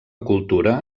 cultura